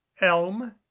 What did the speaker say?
Elm